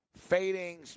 fading